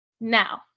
Now